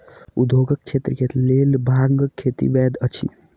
उद्योगक क्षेत्र के लेल भांगक खेती वैध अछि